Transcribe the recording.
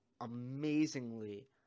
amazingly